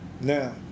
now